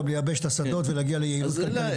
לייבש את השדות ולהגיע ליעילות כלכלית גבוהה.